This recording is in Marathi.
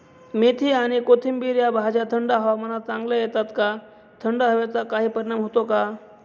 मेथी आणि कोथिंबिर या भाज्या थंड हवामानात चांगल्या येतात का? थंड हवेचा काही परिणाम होतो का?